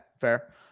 Fair